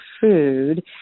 food